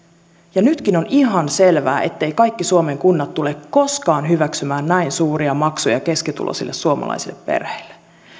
ja nytkin on ihan selvää etteivät kaikki suomen kunnat tule koskaan hyväksymään näin suuria maksuja keskituloisille suomalaisille perheille